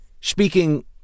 speaking